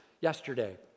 yesterday